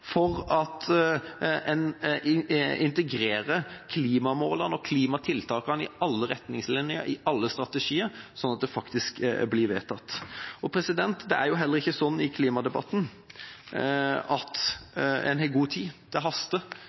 for at en integrerer klimamålene og klimatiltakene i alle retningslinjer, i alle strategier, slik at de faktisk blir vedtatt. Det er jo heller ikke slik i klimadebatten at en har god tid – det haster.